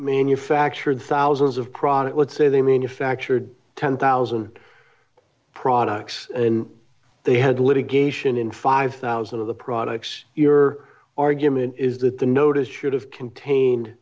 manufactured thousands of products let's say they manufactured ten thousand products in they had litigation in five thousand of the products your argument is that the notice should have contained